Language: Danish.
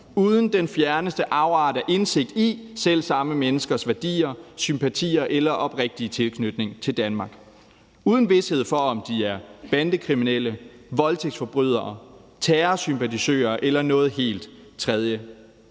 uden den fjerneste afart af indsigt i selv samme menneskers værdier, sympatier eller oprigtig tilknytning til Danmark og uden vished for, om de er bandekriminelle, voldtægtsforbrydere, terrorsympatisører eller noget helt fjerde.